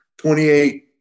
28